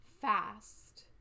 fast